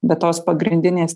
be tos pagrindinės